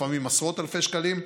לפעמים עשרות אלפי שקלים,